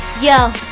yo